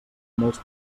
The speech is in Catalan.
molts